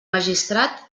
magistrat